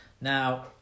Now